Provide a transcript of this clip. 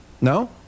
No